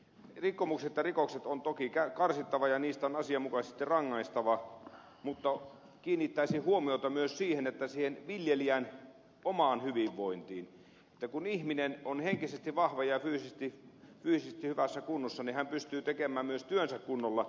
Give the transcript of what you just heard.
rikkomukset ja rikokset on toki karsittava ja niistä on asianmukaisesti rangaistava mutta kiinnittäisin huomiota myös siihen viljelijän omaan hyvinvointiin että kun ihminen on henkisesti vahva ja fyysisesti hyvässä kunnossa niin hän pystyy tekemään myös työnsä kunnolla